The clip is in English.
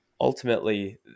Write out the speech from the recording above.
ultimately